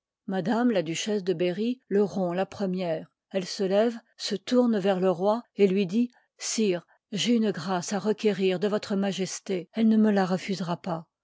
la duchesse de berry le ikk til rompt la première elle se lève se tourne vers le roi et lui dit v sire j'ai une grâce a à requérir de votre majesté elle ne me l'a refusera pas